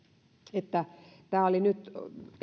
että